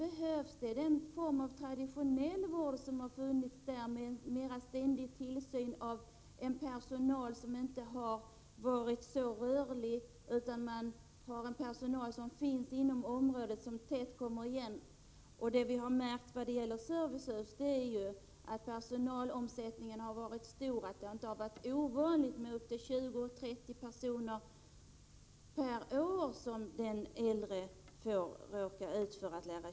Ålderdomshem är den traditionella formen av vård som har funnits, med ständig tillsyn och en mindre personalomsättning. Personalen finns inom området och återkommer regelbundet. När det gäller servicehus har vi noterat att personalomsättningen har varit stor och att det inte har varit ovanligt att en äldre person tvingats lära känna upp till 20-30 personer per år.